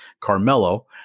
carmelo